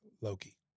Loki